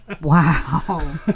Wow